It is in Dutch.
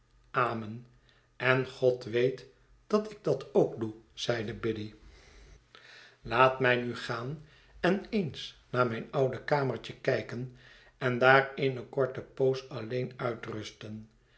amen en god weet dat ik dat ook doe zeide biddy laat mij nu gaan en eens naar myn oud kamertje kijkeri en daar eene korte poos alleen uitrusten